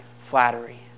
flattery